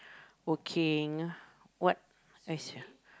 working what else